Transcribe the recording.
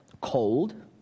Cold